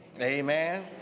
Amen